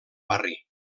barri